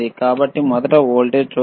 కాబట్టి మొదట వోల్టేజ్ చూద్దాం